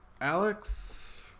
Alex